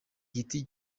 giti